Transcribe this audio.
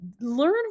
learn